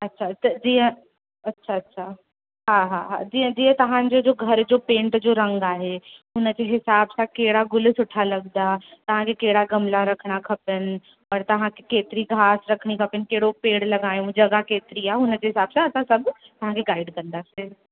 अच्छा त जीअं अच्छा अच्छा हा हा हा जीअं जीअ तव्हांजे जो घर जो पेंट जो रंग आहे हुन जी हिसाब सां कहिड़ा गुल सुठा लॻंदा तव्हांखे कहिड़ा गमला रखिणा खपनि और तव्हांखे केतिरी गाह रखिणी खपनि कहिड़ो पेड़ लॻायूं जॻह केतिरी आहे उनजे हिसाब सां असां सभु तव्हांखे गाइड कंदासीं